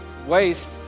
waste